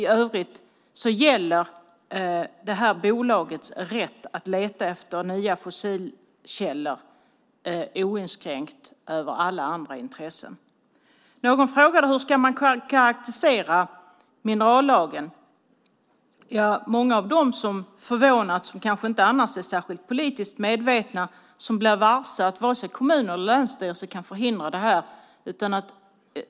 I övrigt gäller det här bolagets rätt att leta efter nya fossilkällor oinskränkt över alla andra intressen. Någon frågade hur man ska karakterisera minerallagen. Många av dem som förvånats och kanske inte annars är särskilt politiskt medvetna har blivit varse att inte vare sig kommuner eller länsstyrelser kan förhindra detta.